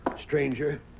Stranger